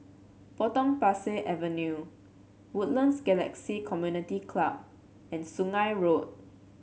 Potong Pasir Avenue Woodlands Galaxy Community Club and Sungei Road